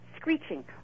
screeching